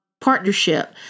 partnership